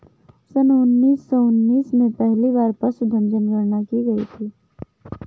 सन उन्नीस सौ उन्नीस में पहली बार पशुधन जनगणना की गई थी